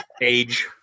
age